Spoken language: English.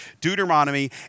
Deuteronomy